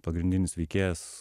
pagrindinis veikėjas